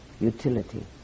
utility